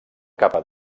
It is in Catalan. capa